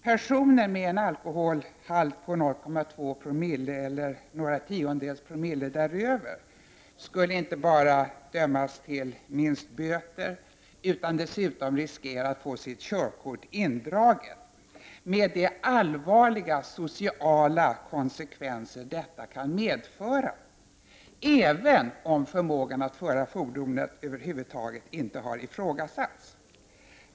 Personer med en alkoholhalt på 0,2 Zo eller några tiondels promille däröver skulle inte bara dömas till minst böter utan dessutom riskera att få sitt körkort indraget, med de allvarliga sociala konsekvenser detta kan medföra, även om förmågan att föra fordonet över huvud taget inte har ifrågasatts.